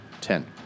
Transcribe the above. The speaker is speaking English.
Ten